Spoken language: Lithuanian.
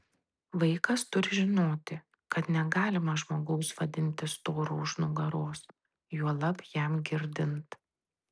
vaikas turi žinoti kad negalima žmogaus vadinti storu už nugaros juolab jam girdint